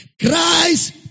Christ